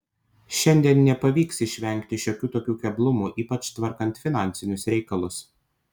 šiandien nepavyks išvengti šiokių tokių keblumų ypač tvarkant finansinius reikalus